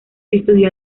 estudió